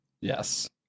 Yes